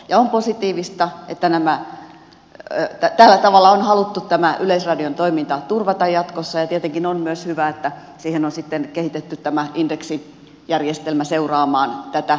on positiivista että tällä tavalla on haluttu tämä yleisradion toiminta turvata jatkossa ja tietenkin on myös hyvä että siihen on kehitetty tämä indeksijärjestelmä seuraamaan tätä